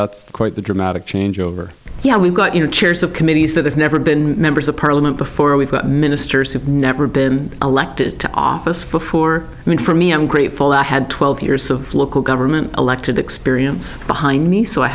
eleven quite the dramatic change over yeah we've got you know chairs of committees that have never been members of parliament before we've got ministers have never been elected to office before i mean for me i'm grateful i had twelve years of local government elected experience behind me so i